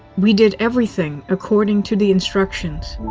we did everything according to the instructions.